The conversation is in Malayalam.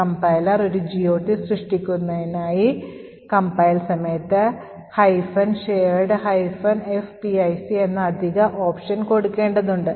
കംപൈലർ ഒരു GOT സൃഷ്ടിക്കുന്നതിനായി കംപൈൽ സമയത്ത് shared fpic എന്ന അധിക ഓപ്ഷൻ കൊടുക്കേണ്ടതുണ്ട്